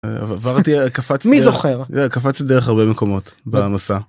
עברתי קפצתי מי זוכר קפצתי דרך הרבה מקומות במסע.